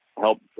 help